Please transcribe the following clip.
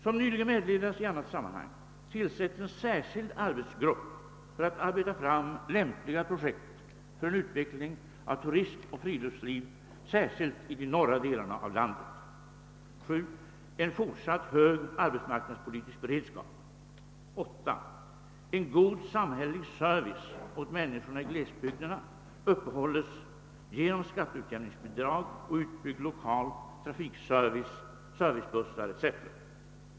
Som nyligen meddelats i annat sammanhang tillsätts en särskild arbetsgrupp för att arbeta fram lämpliga projekt för en utveckling av turism och friluftsliv särskilt i de norra delarna av landet. 8. En god samhällelig service åt människorna i glesbygderna uppehålles genom skatteutjämningsbidrag och utbyggd lokal trafikservice, servicebussar etc.